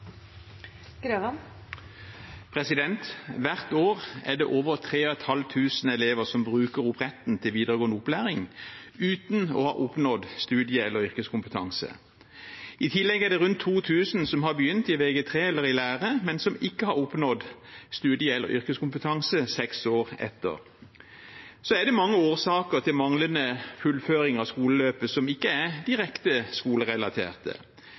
det over 3 500 elever som bruker opp retten til videregående opplæring, uten å ha oppnådd studie- eller yrkeskompetanse. I tillegg er det rundt 2 000 som har begynt i Vg3 eller i lære, men som ikke har oppnådd studie- eller yrkeskompetanse seks år etter. Det er mange årsaker til manglende fullføring av skoleløpet som ikke er direkte